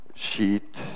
sheet